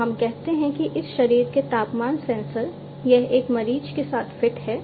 तो हम कहते हैं कि इस शरीर के तापमान सेंसर यह एक मरीज के साथ फिट है